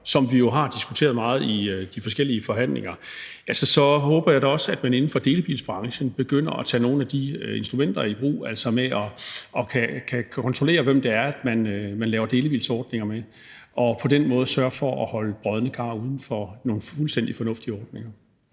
som vi jo har diskuteret meget i de forskellige forhandlinger, at jeg da også håber, at man inden for delebilsbranchen begynder at tage nogle af de instrumenter i brug med at kontrollere, hvem det er, man laver delebilsordninger med, og på den måde sørge for at holde brodne kar uden for nogle fuldstændig fornuftige ordninger.